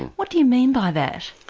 what do you mean by that?